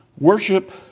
Worship